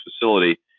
facility